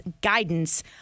guidance